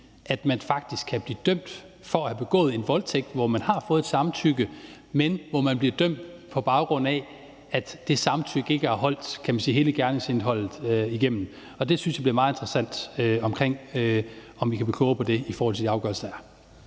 at man faktisk kan blive dømt for at have begået en voldtægt, hvor man har fået et samtykke, men hvor man bliver dømt på baggrund af, at det samtykke ikke er holdt hele gerningsindholdet igennem, og jeg synes, det bliver meget interessant at se, om vi kan blive klogere på det i forhold til de afgørelser, der